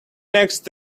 next